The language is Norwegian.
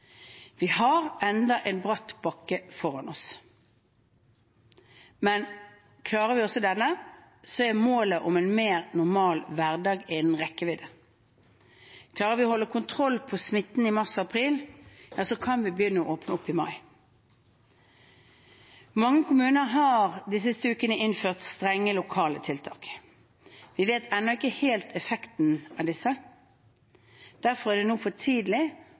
Vi har enda en bratt bakke foran oss. Men klarer vi også den, er målet om en mer normal hverdag innen rekkevidde. Klarer vi å holde kontroll på smitten i mars og april, kan vi begynne å åpne opp i mai. Mange kommuner har de siste ukene innført strenge lokale tiltak. Vi vet ennå ikke helt effekten av disse. Derfor er det nå for tidlig